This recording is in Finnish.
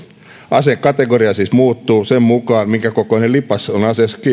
asekategoria siis muuttuu sen mukaan minkäkokoinen lipas on aseessa kiinni ar viidentoista kolmenkymmenen patruunan